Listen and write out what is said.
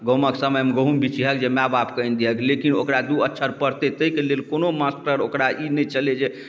गहूमके समयमे गहूम बिछिहक जे माइबापके आनि दिहक लेकिन ओकरा दुइ अक्षर पढ़तै ताहिके लेल कोनो मास्टर ओकरा ई नहि छलै जे